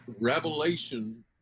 Revelation